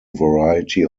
variety